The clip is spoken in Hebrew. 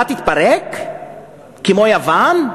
שהמדינה תתפרק כמו יוון?